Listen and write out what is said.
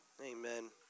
Amen